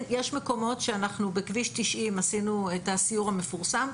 יש מקומות שאנחנו בכביש 90 עשינו את הסיור המפורסם.